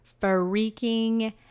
freaking